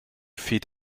feed